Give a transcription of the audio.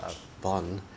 err born